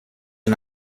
and